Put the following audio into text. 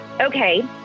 okay